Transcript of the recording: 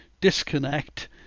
disconnect